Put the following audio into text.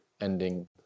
ending